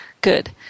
good